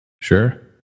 sure